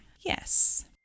Yes